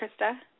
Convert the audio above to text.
Krista